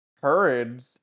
courage